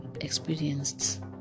experienced